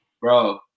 Bro